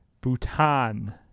Bhutan